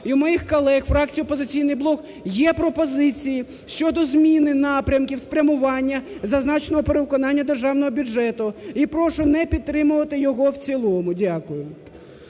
і у моїх колег, фракція "Опозиційний блок", є пропозиції щодо зміни напрямків спрямування зазначеного перевиконання державного бюджету. І прошу не підтримувати його в цілому. Дякую.